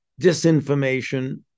disinformation